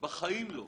בחיים לא.